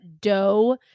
dough